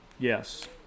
Yes